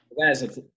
Guys